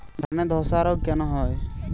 ধানে ধসা রোগ কেন হয়?